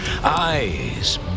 Eyes